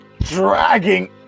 dragging